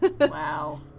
Wow